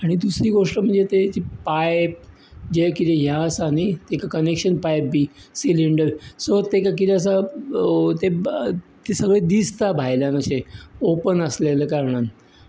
आनी तिसरी गोश्ट म्हणजे तेंचें पायप जें कितें हें आसा न्ही तेका कनेक्शन पायप बी सिलिंडर सो तेका कितें आसा तें सगळें दिसता भायल्यान अशें ऑपन आसलेल्या कारणान